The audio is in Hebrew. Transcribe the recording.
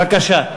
בבקשה.